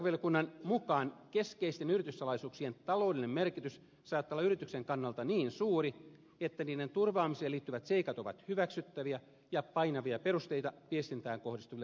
perustuslakivaliokunnan mukaan keskeisten yrityssalaisuuksien taloudellinen merkitys saattaa olla yrityksen kannalta niin suuri että niiden turvaamiseen liittyvät seikat ovat hyväksyttäviä ja painavia perusteita viestintään kohdistuville rajoituksille